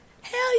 Hell